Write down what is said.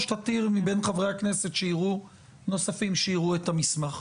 תתיר מבין חברי כנסת נוספים שיראו את המסמך.